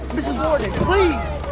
mrs. warden, please!